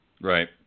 Right